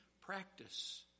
practice